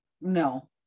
no